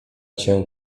cię